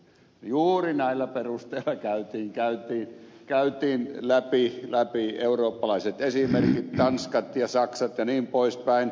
juuri näillä perusteilla käytiin läpi eurooppalaiset esimerkit tanskat ja saksat jnp